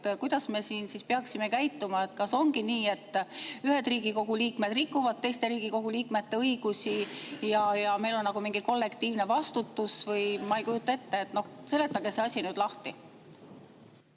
Kuidas me siin peaksime käituma? Kas ongi nii, et ühed Riigikogu liikmed rikuvad teiste Riigikogu liikmete õigusi ja meil on nagu mingi kollektiivne vastutus või? Ma ei kujuta ette. Noh, seletage see asi nüüd lahti.